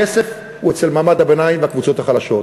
הכסף הוא אצל מעמד הביניים והקבוצות החלשות.